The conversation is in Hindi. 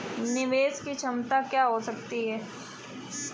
निवेश की क्षमता क्या हो सकती है?